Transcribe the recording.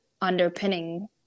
underpinning